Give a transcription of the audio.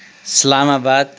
Islamabad